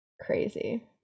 Crazy